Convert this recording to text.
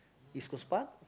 East Coast Park